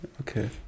okay